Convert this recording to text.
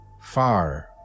far